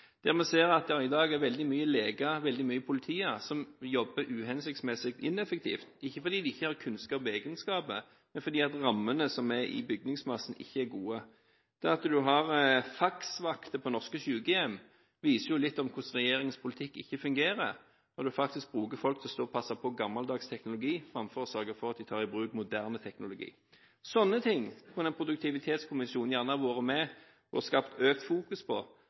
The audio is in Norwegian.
Vi ser at det i dag er veldig mange leger og politifolk som jobber uhensiktsmessig og ineffektivt, ikke fordi de ikke har kunnskap og egenskaper, men fordi rammene som er i bygningsmassen, ikke er gode. Det at en har faksvakter på norske sykehjem, viser litt hvordan regjeringens politikk ikke fungerer – når en bruker folk til å passe på gammeldags teknologi framfor å sørge for at de tar i bruk moderne teknologi. Sånne ting kunne en produktivitetskommisjon gjerne vært med å skape økt fokus på,